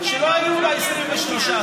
שלא היו בה 23 שרים,